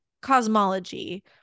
cosmology